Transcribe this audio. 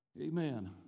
Amen